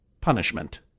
punishment